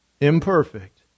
imperfect